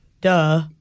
Duh